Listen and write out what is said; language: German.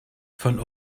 von